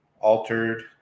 Altered